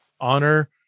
honor